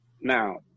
Now